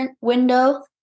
window